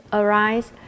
arise